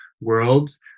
worlds